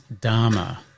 Dharma